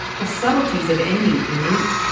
the subtleties of any innate,